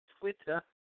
Twitter